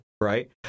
right